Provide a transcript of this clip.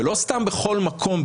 ולא סתם בכל מקום,